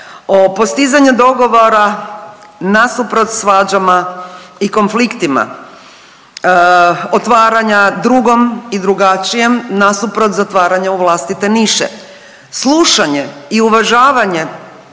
postizanju dogovora nasuprot svađama i konfliktima, otvaranja drugom i drugačijem nasuprot zatvaranja u vlastite niše, slušanje i uvažavanje